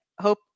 hope